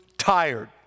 tired